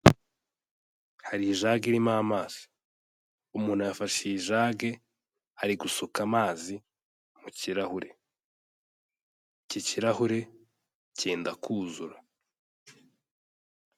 Hari ijage irimo amazi, umuntu yafashe iyi jage, ari gusuka amazi mu kirahure, iki kirahure cyenda kuzura.